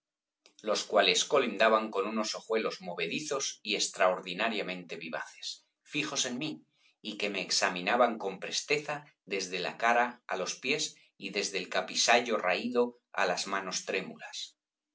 los cuales colindaban con unos ojuelos movedizos y extraordinariamente vivaces fijos en mí y que me examinaban con presteza desde la cara á los pies y desde el capisayo raído á las manos trémulas